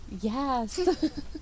Yes